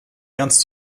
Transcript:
ernst